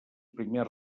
primers